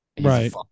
Right